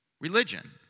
religion